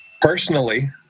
Personally